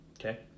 Okay